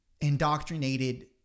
indoctrinated